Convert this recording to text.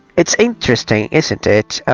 it's interesting, isn't it?